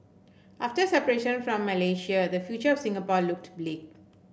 after separation from Malaysia the future of Singapore looked bleak